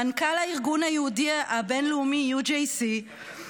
מנכ"ל הארגון היהודי הבין-לאומי UJC,